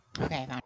Okay